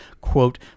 quote